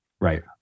Right